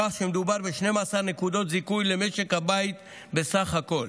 כך שמדובר ב-12 נקודות זיכוי למשק הבית בסך הכול.